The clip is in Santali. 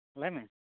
ᱞᱟᱹᱭᱢᱮ